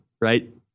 right